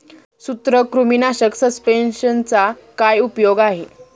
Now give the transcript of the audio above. सूत्रकृमीनाशक सस्पेंशनचा काय उपयोग आहे?